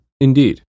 indeed